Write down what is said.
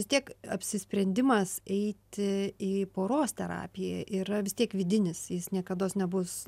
vis tiek apsisprendimas eiti į poros terapiją yra vis tiek vidinis jis niekados nebus